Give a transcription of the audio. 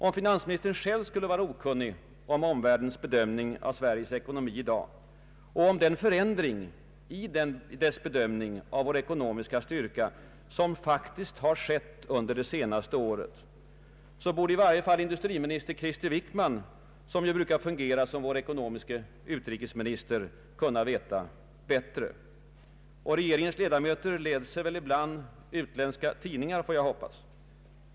Om finansministern själv skulle vara okunnig om omvärldens bedömning av Sveriges ekonomi i dag och om den förändring i dess bedömning av vår ekonomiska styrka som faktiskt har skett under det senaste året, så borde i varje fall industriminister Krister Wickman, som ju brukar fungera som vår ekonomiske utrikesminister, kunna veta bättre. Regeringens ledamöter läser ibland utländska tid ningar, får jag hoppas.